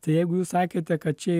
tai jeigu jūs sakėte kad čia